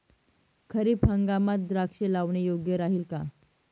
खरीप हंगामात द्राक्षे लावणे योग्य राहिल का?